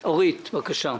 חברת הכנסת אורית פרקש, בבקשה.